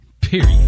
Period